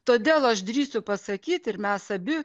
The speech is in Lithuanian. todėl aš drįsiu pasakyt ir mes abi